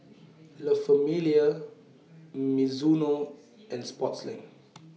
La Famiglia Mizuno and Sportslink